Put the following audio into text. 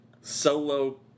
solo